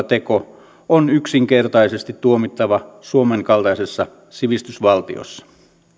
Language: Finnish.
teko on yksinkertaisesti tuomittava suomen kaltaisessa sivistysvaltiossa